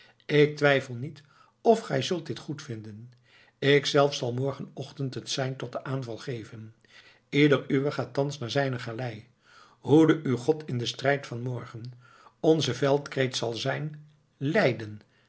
ik twijfel niet of gij zult dit goed vinden ikzelf zal morgen ochtend het sein tot den aanval geven ieder uwer ga thans naar zijne galei hoede u god in den strijd van morgen onze veldkreet zal zijn leiden